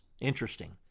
Interesting